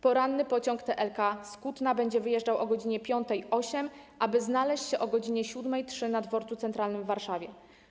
Poranny pociąg TLK z Kutna będzie wyjeżdżał o godz. 5.08, aby znaleźć się o godz. 7.03 na Dworcu Centralnym w Warszawie.